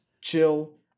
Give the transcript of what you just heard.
chill